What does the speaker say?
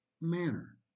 manner